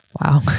Wow